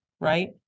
right